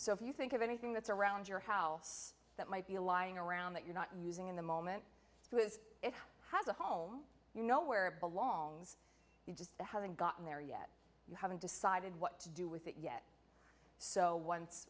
so if you think of anything that's around your house that might be a lying around that you're not using in the moment because it has a home you know where it belongs you just haven't gotten there yet you haven't decided what to do with it yet so once